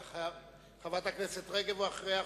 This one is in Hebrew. חברת הכנסת רגב, ואחריה,